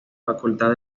facultad